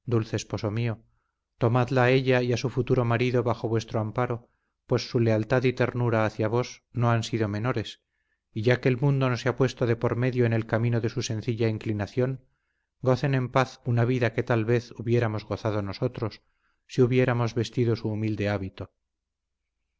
dulce esposo mío tomadla a ella y a su futuro marido bajo vuestro amparo pues su lealtad y ternura hacia vos no han sido menores y ya que el mundo no se ha puesto de por medio en el camino de su sencilla inclinación gocen en paz una vida que tal vez hubiéramos gozado nosotros si hubiéramos vestido su humilde hábito